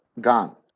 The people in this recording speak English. gone